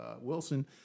Wilson